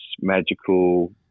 magical